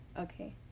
okay